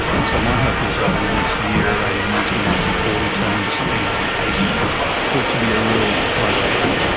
and so my hope is over the next year or eighteen months we might see forty turn into something more like eighty, and for it to be a real collaboration.